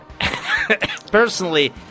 personally